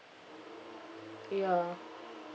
ya